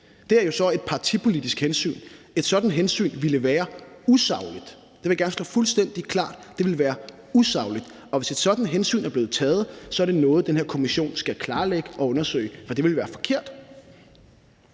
Det er jo så et partipolitisk hensyn, og et sådant hensyn ville være usagligt. Det vil jeg gerne slå fuldstændig fast; det ville være usagligt, og hvis et sådant hensyn er blevet taget, er det noget, som den her kommission skal klarlægge og undersøge. For det ville være forkert.